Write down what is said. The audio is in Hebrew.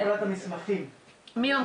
יש גם